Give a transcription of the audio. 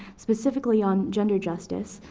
specifically on gender justice,